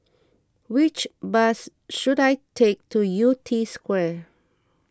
which bus should I take to Yew Tee Square